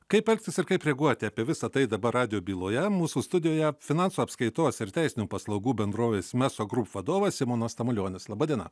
kaip elgtis ir kaip reaguoti apie visa tai dabar radijo byloje mūsų studijoje finansų apskaitos ir teisinių paslaugų bendrovės meso group vadovas simonas tamulionis laba diena